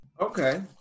Okay